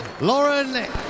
Lauren